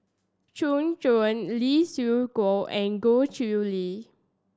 Gu Juan Lee Siew Choh and Goh Chiew Lye